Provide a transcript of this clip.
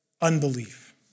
unbelief